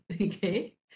Okay